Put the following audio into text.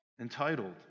entitled